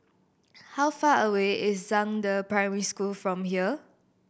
how far away is Zhangde Primary School from here